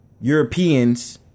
Europeans